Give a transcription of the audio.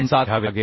7घ्यावे लागेल